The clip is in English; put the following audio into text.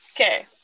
Okay